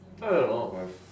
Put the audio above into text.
I don't know my